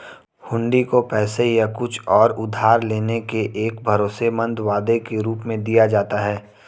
हुंडी को पैसे या कुछ और उधार लेने के एक भरोसेमंद वादे के रूप में दिया जाता है